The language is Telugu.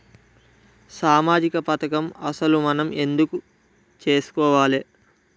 సామాజిక పథకం అసలు మనం ఎందుకు చేస్కోవాలే?